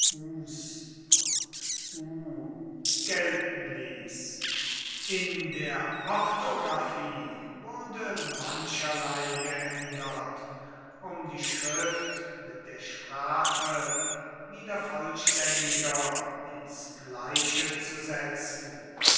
gelten ließ in der orthographie wurde mancherlei geändert um die schrift mit der sprache wieder vollständiger ins gleiche zu setzen